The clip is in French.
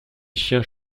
chiens